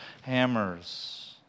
hammers